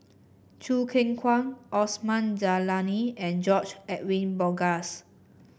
Choo Keng Kwang Osman Zailani and George Edwin Bogaars